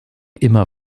immer